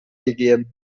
gegeben